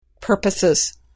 purposes